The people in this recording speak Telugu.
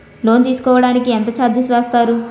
లోన్ తీసుకోడానికి ఎంత చార్జెస్ వేస్తారు?